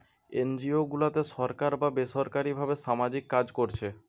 NGO গুলাতে সরকার বা বেসরকারী ভাবে সামাজিক কাজ কোরছে